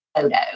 photo